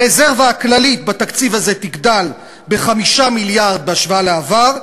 הרזרבה הכללית בתקציב הזה תגדל ב-5 מיליארד בהשוואה לעבר,